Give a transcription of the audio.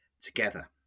together